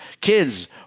kids